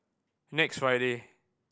next Friday